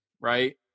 right